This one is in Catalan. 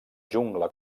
jungla